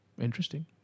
Interesting